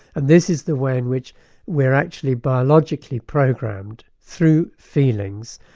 and this is the way in which we're actually biologically programmed through feelings,